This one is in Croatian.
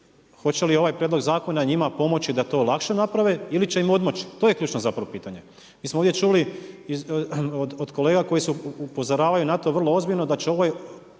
hoće li ovaj prijedlog zakona njima pomoći da to lakše naprave ili će im odmoći? To je ključno zapravo pitanje. Mi smo ovdje čuli od kolega koji upozoravaju na to vrlo ozbiljno da će ovaj